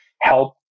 help